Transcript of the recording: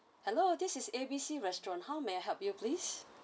hello this is A B C restaurant how may I help you please